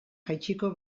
jaitsiko